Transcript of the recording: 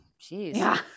Jeez